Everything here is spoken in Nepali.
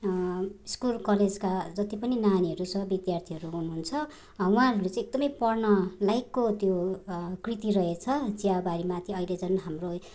स्कुल कलेजका जति पनि नानीहरू छ विद्यार्थीहरू हुनुहुन्छ उहाँहरूले चाहिँ एकदमै पढ्नलायकको त्यो कृति रहेछ चियाबारी माथि अहिले झन् हाम्रो